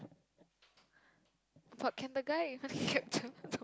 but can the guy even